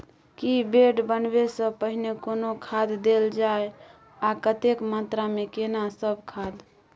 की bed बनबै सॅ पहिने कोनो खाद देल जाय आ कतेक मात्रा मे केना सब खाद?